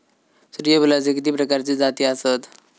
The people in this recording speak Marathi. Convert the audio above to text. सूर्यफूलाचे किती प्रकारचे जाती आसत?